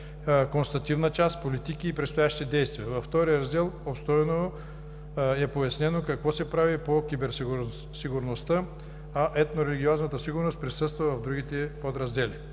констативна част, политики и предстоящи дейности. Във Втория раздел обстойно е пояснено какво се прави по киберсигурността, а етнорелигиозната сигурност присъства в други подраздели.